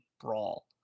brawl